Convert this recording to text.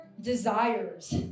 desires